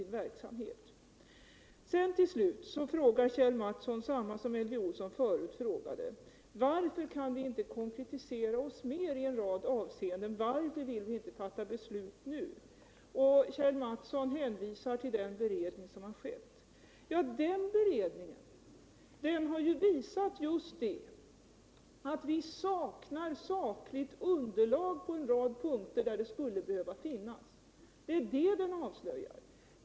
Till slut frågar Kjell Mattsson detsamma som Elvy Olsson frågade förut: Varför kan ni inte konkretisera er mer i en del avseenden? Varför vill ni inte fatta beslut nu? Och så hänvisar Kjell Mattsson till den beredning som skett. Ja, den beredningen harju visat just att vi saknar sakligt underlag på en rad punkter där det skulle behöva finnas. Det är vad den avslöjar.